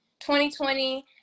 2020